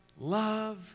love